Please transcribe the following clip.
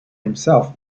himself